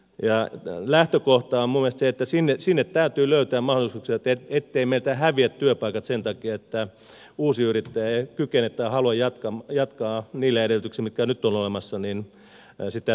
minun mielestäni se että sinne täytyy löytää mahdollisuuksia et teivät meiltä häviä työpaikat sen takia että uusi yrittäjä ei kykene tai halua jatkaa niillä edellytyksillä mitkä nyt ovat olemassa sitä työtä